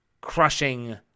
crushing